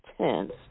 tense